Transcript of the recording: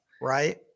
Right